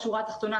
בשורה התחתונה,